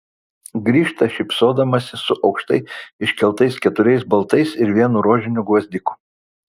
grįžta šypsodamasi su aukštai iškeltais keturiais baltais ir vienu rožiniu gvazdiku